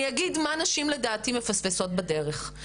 אני אגיד מה נשים לדעתי מפספסות בדרך,